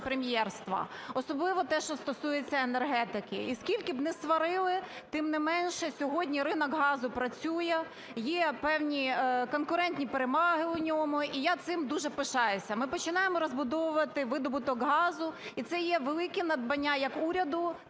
прем'єрства, особливо те, що стосується енергетики. І скільки б не сварили, тим не менше, сьогодні ринок газу працює, є певні конкурентні переваги у ньому, і я цим дуже пишаюсь. Ми починаємо розбудовувати видобуток газу, і це є велике надбання як уряду,